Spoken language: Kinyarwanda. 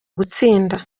gutsinda